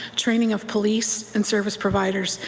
training of police, and service providers.